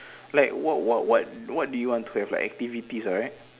like what what what what do you want to have activities right